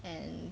and